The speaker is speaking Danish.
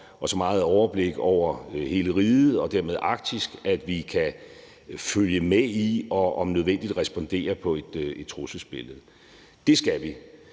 og så meget overblik over hele riget, og dermed Arktis, at vi kan følge med i og om nødvendigt respondere på et trusselsbillede. Det skal vi.